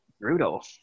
brutal